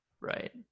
Right